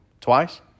Twice